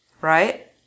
right